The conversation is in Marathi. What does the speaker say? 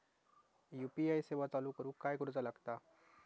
यू.पी.आय सेवा चालू करूक काय करूचा लागता?